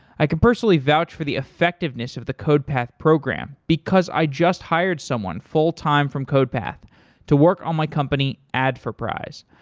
i could personally vouch for the effectiveness of the codepath program because i just hired someone full-time from codepath to work on my company adforprize.